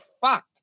fucked